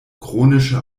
chronische